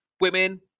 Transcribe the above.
women